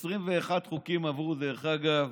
ש-21 חוקים עברו, דרך אגב,